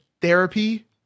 therapy